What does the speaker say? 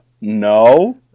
no